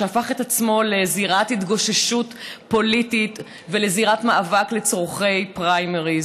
שהפך את עצמו לזירת התגוששות פוליטית ולזירת מאבק לצורכי פריימריז.